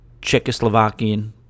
Czechoslovakian